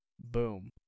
Boom